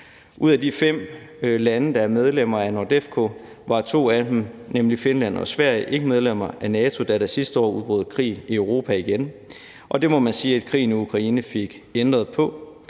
Ud af de fem lande, der er medlemmer af NORDEFCO, var to af dem, nemlig Finland og Sverige, ikke medlemmer af NATO, da der sidste år udbrød krig i Europa igen, og det må man sige at krigen i Ukraine fik ændret på.